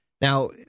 Now